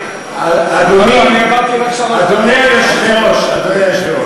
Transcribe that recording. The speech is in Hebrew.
אדוני היושב-ראש.